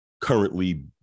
currently